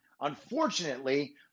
Unfortunately